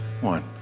One